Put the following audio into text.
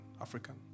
African